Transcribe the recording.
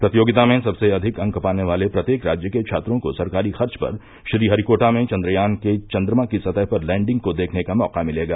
प्रतियोगिता में सबसे अधिक अंक पाने वाले प्रत्येक राज्य के छात्रों को सरकारी खर्च पर श्रीहरिकोटा में चंद्रयान के चंद्रमा की सतह पर लैंडिंग को देखने का मौका मिलेगा